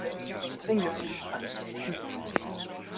think you